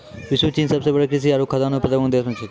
विश्व म चीन सबसें बड़ो कृषि आरु खाद्यान्न उत्पादक देश छिकै